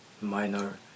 minor